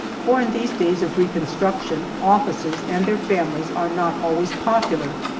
for in these days of reconstruction officers and their families are not always popular.